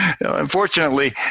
unfortunately